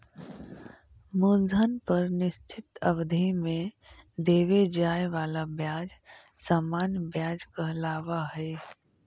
मूलधन पर निश्चित अवधि में देवे जाए वाला ब्याज सामान्य व्याज कहलावऽ हई